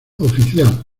oficial